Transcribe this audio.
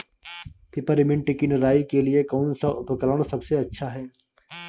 Peppermint की निराई के लिए कौन सा उपकरण सबसे अच्छा है?